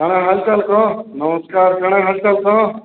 କାଣା ହାଲ୍ଚାଲ୍ କହ ନମସ୍କାର କାଣା ହାଲ୍ଚାଲ୍ କହ